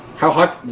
how hot